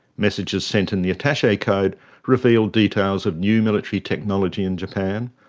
messages sent in the attache code revealed details of new military technology in japan,